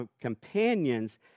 companions